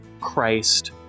Christ